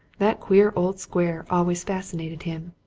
that queer old square always fascinated him.